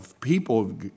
people